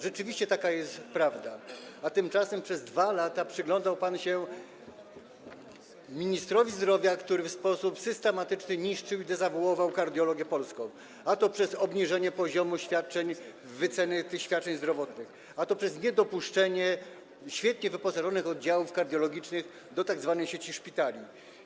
Rzeczywiście taka jest prawda, a tymczasem przez 2 lata przyglądał się pan ministrowi zdrowia, który w sposób systematyczny niszczył i dezawuował polską kardiologię, a to przez obniżenie poziomu świadczeń, wyceny tych świadczeń zdrowotnych, a to przez niedopuszczenie świetnie wyposażonych oddziałów kardiologicznych do tzw. sieci szpitali.